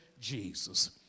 Jesus